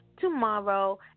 tomorrow